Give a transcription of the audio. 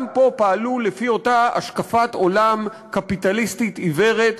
גם פה פעלו לפי אותה השקפת עולם קפיטליסטית עיוורת,